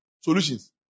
solutions